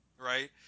right